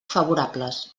favorables